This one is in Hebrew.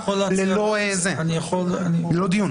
הכלל הוא דיון